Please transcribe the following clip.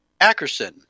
Ackerson